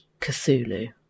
Cthulhu